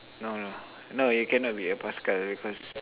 no no no you be a paskal because